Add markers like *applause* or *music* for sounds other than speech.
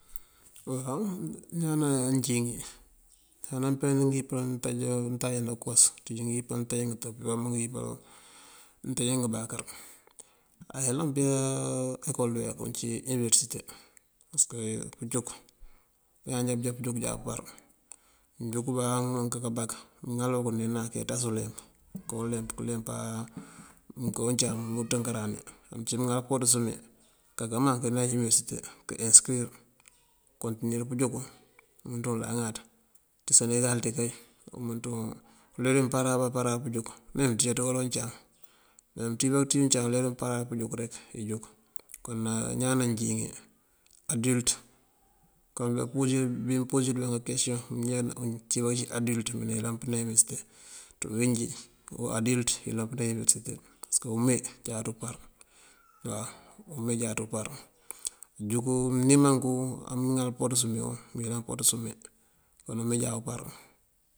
Ñaan najín ngí, ñaan nampeewu wí ngëyipal ngëntáaja untáaja ná këwas aţíj ngëyipal ngëtáaja ngëtëb amob ngëyipal ngëntáaja ngëbakër ayëlan pëya ecol dëweek uncí wí iniverësite pasëk pëjúk bañaan já bëjá pëjúk jáaţa pëpar. Mënjúk bá amënká kabak mëŋalu kërune nak këye ţas uleemp. Mënká uleemp këleemp áa mënká uncáam unţënkaran ací mëŋal pëwatës umee këkaka maŋ këye neej iniverësite kë ensëkirir këkontinir pëjúk wumënţa wuŋ laŋaaţa. Ţí senegal ţí kay wumënţ wuŋ uler wí mëmparar wí bá mëmparar pëjúk me mënţíjáţ uncáam me mënţíj bá këţíj uncáam uler wí mëmparar bá pëjuk rek ijuk. Kon ñaan najín ngí adilëţ kon *hesitation* bí mëmposir bí kakesiyon amëncí bakëcí adilëţ këyëlan pëneej iniverësite ţí uwínjí adilëţ këniran pëneej iniverësite. Pasëk umee jáaţa upar waw, umee jáaţa upar, këjúku. Mënimanku amëŋal pëwatës umeewu mëyëlan pëwatës umee, kon umee jáaţa upar.